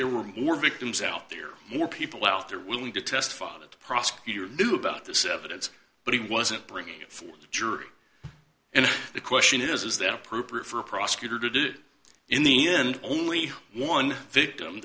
there were more victims out there more people out there willing to testify that the prosecutor knew about this evidence but he wasn't bringing forth a jury and the question is is that appropriate for a prosecutor to do in the end only one victim